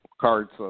cards